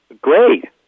Great